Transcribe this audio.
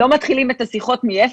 לא מתחילים את השיחות מאפס.